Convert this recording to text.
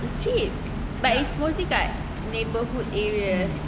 is cheap but it's mostly dekat neighbourhood areas